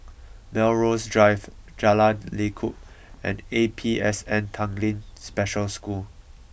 Melrose Drive Jalan Lekub and A P S N Tanglin Special School